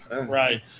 right